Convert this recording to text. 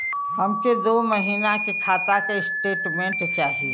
हमके दो महीना के खाता के स्टेटमेंट चाही?